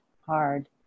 hard